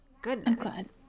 goodness